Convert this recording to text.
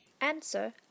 Answer